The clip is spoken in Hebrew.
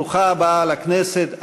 ברוכה הבאה לכנסת,